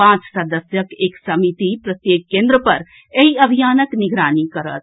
पांच सदस्यक एक समिति प्रत्येक केन्द्र पर एहि अभियानक निगरानी करत